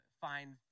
find